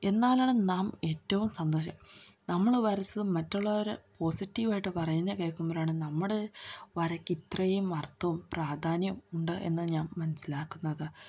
എന്നാലാണ് നാം ഏറ്റവും സന്തോഷം നമ്മൾ വരച്ചത് മറ്റുള്ളവർ പോസിറ്റീവായിട്ടു പറയുന്നതു കേൾക്കുമ്പോഴാണ് നമ്മുടെ വരക്ക് ഇത്രയും അർത്ഥവും പ്രാധാന്യം ഉണ്ട് എന്നു ഞാൻ മനസ്സിലാക്കുന്നത്